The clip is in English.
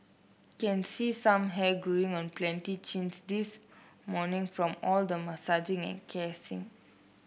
can see some hair growing on plenty chins this morning from all the massaging and